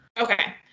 Okay